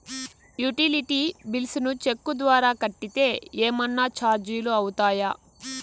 Utility bills ను cheque ద్వారా కట్టితే ఏమన్నా చార్జీలు అవుతాయా?